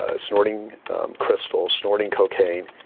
ah snorting crystal snorting cocaine,